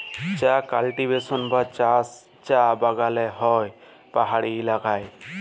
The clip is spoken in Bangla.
চাঁ কাল্টিভেশল বা চাষ চাঁ বাগালে হ্যয় পাহাড়ি ইলাকায়